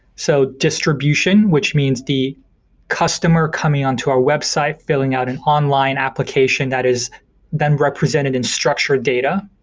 so distribution, which means the customer coming onto our website, filling out an online application that is then represented in structured data,